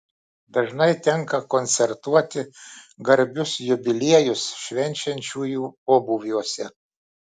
dažnai tenka koncertuoti garbius jubiliejus švenčiančiųjų pobūviuose